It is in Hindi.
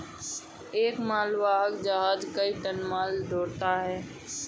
एक मालवाहक जहाज कई टन माल ढ़ोता है